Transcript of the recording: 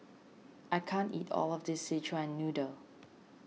I can't eat all of this Szechuan Noodle